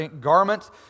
garments